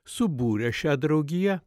subūrė šią draugiją